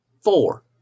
Four